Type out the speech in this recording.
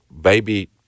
baby